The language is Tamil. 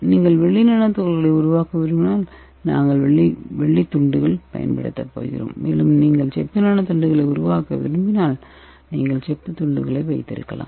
நீங்கள் வெள்ளி நானோ துகள்களை உருவாக்க விரும்பினால் நாங்கள் வெள்ளி துண்டுகளை பயன்படுத்தப் போகிறோம் மேலும் நீங்கள் செப்பு நானோ துகள்களை உருவாக்க விரும்பினால் நீங்கள் செப்பு துண்டுகளை வைத்திருக்கலாம்